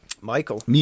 Michael